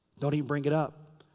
don't even bring it up.